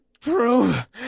prove